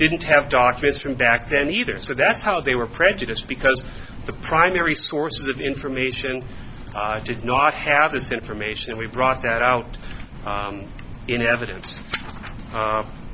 didn't have documents from back then either so that's how they were prejudiced because the primary source of information should not have this information and we brought that out in evidence